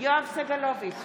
יואב סגלוביץ'